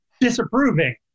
disapproving